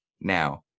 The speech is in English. now